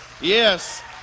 yes